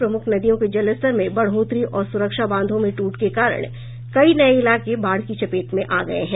प्रमुख नदियों के जलस्तर में बढ़ोतरी और सुरक्षा बांधों में टूट के कारण कई नये इलाके बाढ़ की चपेट में आ गये हैं